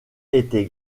était